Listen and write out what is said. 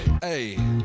Hey